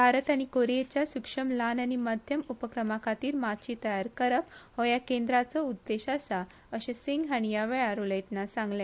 भारत आनी कोरीयेच्या सुक्ष्म लहान आनी मध्यम उपक्रमा खातीर माची तयार करप हो ह्या केंद्राचो उद्देश आसा अशे सिंग हाणी ह्या वेळार उलयताना सांगले